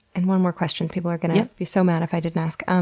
and one more question, people are going to be so mad if i didn't ask. um